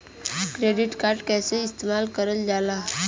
Credit card कईसे इस्तेमाल करल जाला?